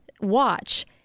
watch